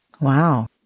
Wow